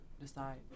decide